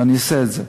ואני אעשה את זה.